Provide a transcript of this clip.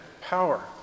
power